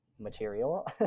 material